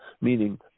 meaning